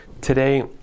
today